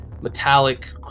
metallic